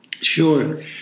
Sure